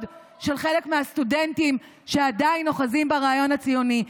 של חלק מהסטודנטים שעדיין אוחזים ברעיון הציוני.